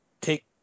take